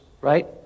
right